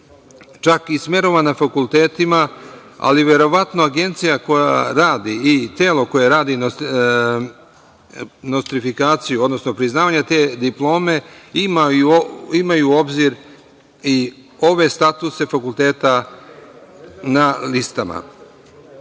čak i smerova na fakultetima, ali verovatno agencija koja radi i telo koje radi nostrifikaciju, odnosno priznavanje te diplome, imaju u obzir i ove statuse fakulteta na listama. Osim